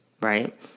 Right